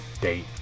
date